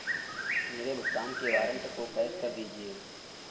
मेरे भुगतान के वारंट को कैश कर दीजिए